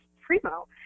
Primo